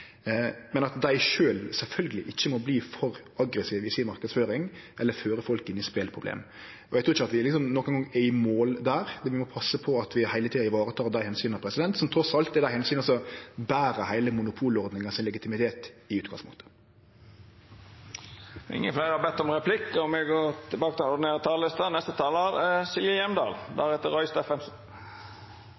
men der dei sjølve sjølvsagt ikkje må verte for aggressive i marknadsføringa si eller føre folk inn i speleproblem. Eg trur ikkje at vi nokon gong vil kome i mål der, men vi må passe på at vi heile tida varetar dei omsyna som trass alt er dei omsyna som ber heile legitimiteten til monopollovgjevinga i utgangspunktet. Replikkordskiftet er omme. Dei talarane som heretter får ordet, har